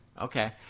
Okay